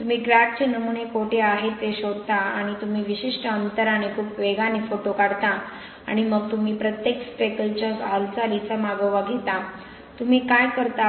तुम्ही क्रॅकचे नमुने कोठे आहेत हे शोधता आणि तुम्ही विशिष्ट अंतराने खूप वेगाने फोटो काढता आणि मग तुम्ही प्रत्येक स्पेकलच्या हालचालीचा मागोवा घेता तुम्ही काय करता